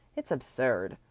it's absurd.